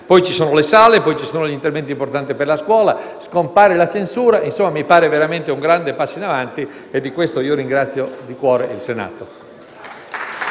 Poi ci sono le sale, gli interventi importanti per la scuola; scompare la censura. Insomma, mi pare veramente un grande passo in avanti e di questo ringrazio di cuore il Senato.